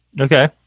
Okay